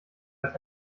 als